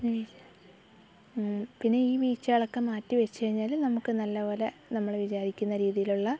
പിന്നെ ഈ വീഴ്ചകളൊക്കെ മാറ്റി വെച്ചു കഴിഞ്ഞാൽ നമുക്ക് നല്ല പോലെ നമ്മൾ വിചാരിക്കുന്ന രീതിയിലുള്ള